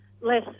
less